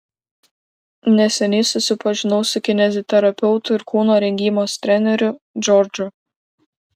neseniai susipažinau su kineziterapeutu ir kūno rengybos treneriu džordžu